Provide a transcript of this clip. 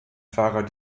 fahrer